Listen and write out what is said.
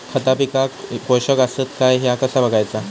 खता पिकाक पोषक आसत काय ह्या कसा बगायचा?